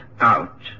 out